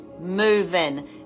moving